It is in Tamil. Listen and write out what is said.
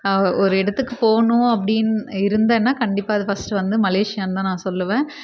ஒரு இடத்துக்கு போகணும் அப்டின்னு இருந்தேன்னா கண்டிப்பாக இது ஃபர்ஸ்ட் வந்து மலேஷியான்னு தான் நான் சொல்வேன்